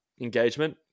engagement